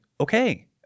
okay